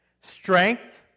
Strength